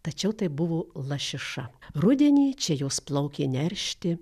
tačiau tai buvo lašiša rudenį čia jos plaukė neršti